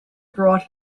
brought